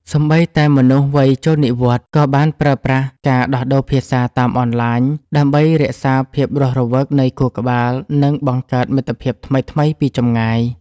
សូម្បីតែមនុស្សវ័យចូលនិវត្តន៍ ក៏បានប្រើប្រាស់ការដោះដូរភាសាតាមអនឡាញដើម្បីរក្សាភាពរស់រវើកនៃខួរក្បាល និងបង្កើតមិត្តភាពថ្មីៗពីចម្ងាយ។